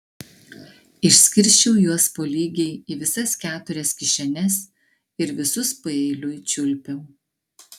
išskirsčiau juos po lygiai į visas keturias kišenes ir visus paeiliui čiulpiau